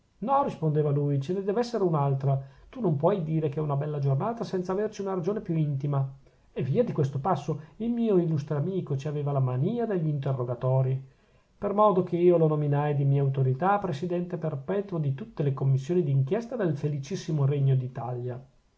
no rispondeva lui ce ne dev'essere un'altra tu non puoi dire che è una bella giornata senza averci una ragione più intima e via di questo passo il mio illustre amico ci aveva la manìa degli interrogatorii per modo che io lo nominai di mia autorità presidente perpetuo di tutte le commissioni d'inchiesta del felicissimo regno d'italia